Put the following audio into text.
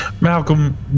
Malcolm